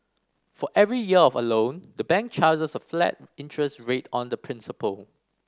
for every year of a loan the bank charges a flat interest rate on the principal